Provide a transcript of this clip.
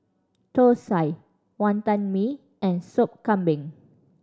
thosai Wantan Mee and Sop Kambing